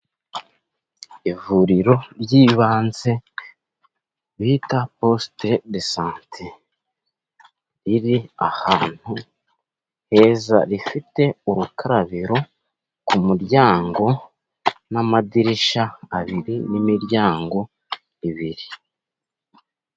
Ivuriro ry'ibanze bita posite de sante riri ahantu heza rifite urukarabiro ku muryango n'amadirishya abiri n'imiryango ibiri.